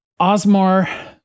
Osmar